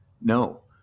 No